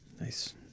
Nice